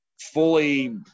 fully